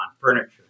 furniture